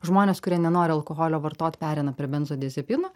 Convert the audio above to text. žmonės kurie nenori alkoholio vartot pereina prie benzodiazepinų